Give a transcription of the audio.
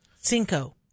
Cinco